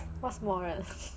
what is 默认